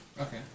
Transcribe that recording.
Okay